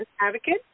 advocate